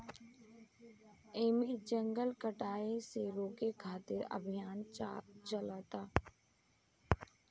एमे जंगल कटाये से रोके खातिर अभियान चलता